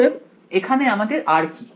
অতএব এখানে আমাদের r কি